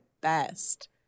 best